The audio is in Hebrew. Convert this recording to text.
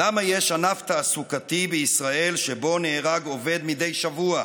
למה יש ענף תעסוקתי בישראל שבו נהרג עובד מדי שבוע,